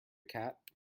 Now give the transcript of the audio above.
cat